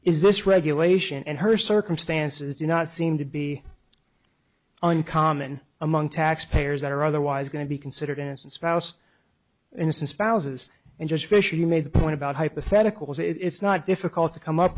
is this regulation and her circumstances do not seem to be uncommon among taxpayers that are otherwise going to be considered innocent spouse innocent spouses and just fish you made the point about hypotheticals it's not difficult to come up